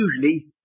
usually